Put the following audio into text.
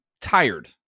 tired